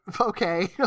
okay